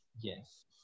Yes